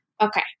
Okay